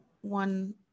one